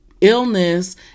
illness